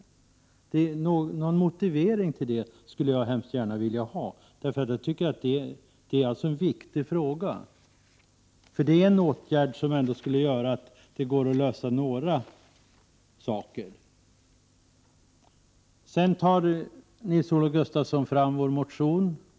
Någon motivering skulle jag hemskt gärna vilja ha. Jag tycker att det är en viktig fråga, för det är en åtgärd som ändå möjliggör att man kan lösa några problem. Sedan tar Nils-Olof Gustafsson fram vår motion.